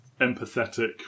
empathetic